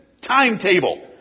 timetable